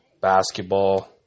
basketball